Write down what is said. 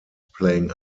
playing